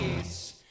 face